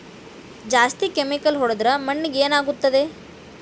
ಜಾಸ್ತಿ ಕೆಮಿಕಲ್ ಹೊಡೆದ್ರ ಮಣ್ಣಿಗೆ ಏನಾಗುತ್ತದೆ?